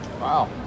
Wow